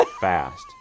fast